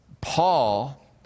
Paul